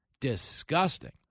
disgusting